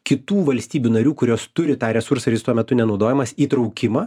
kitų valstybių narių kurios turi tą resursą ir jis tuo metu nenaudojamas įtraukimą